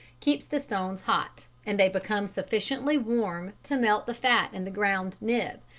keeps the stones hot, and they become sufficiently warm to melt the fat in the ground nib,